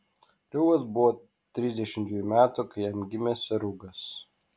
reuvas buvo trisdešimt dvejų metų kai jam gimė serugas